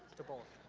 to both?